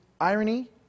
irony